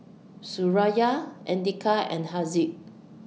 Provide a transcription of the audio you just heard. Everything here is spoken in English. Suraya Andika and Haziq